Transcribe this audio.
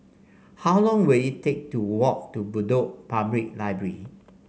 how long will it take to walk to Bedok Public Library